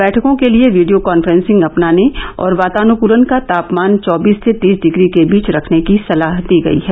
बैठकों के लिये वीडियो कॉन्फ्रेंसिंग अपनाने और वातानुकूलन का तापमान चौबीस से तीस डिग्री के बीच रखने की सलाह दी गयी है